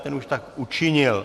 Ten už tak učinil.